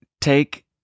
take